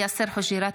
יאסר חוג'יראת,